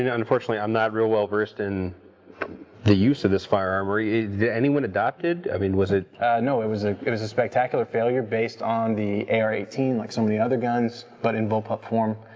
and unfortunately i'm not real well-versed in the use of this firearm. or yeah did anyone adopt it? i mean was it no, it was ah it was a spectacular failure based on the ar eighteen like so many other guns, but in bullpup form.